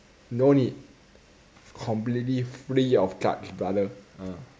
no need it's completely free of charge brother